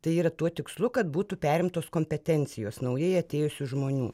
tai yra tuo tikslu kad būtų perimtos kompetencijos naujai atėjusių žmonių